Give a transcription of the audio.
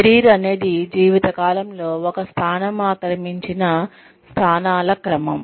career అనేది జీవితకాలంలో ఒక స్థానం ఆక్రమించిన స్థానాల క్రమం